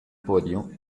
podio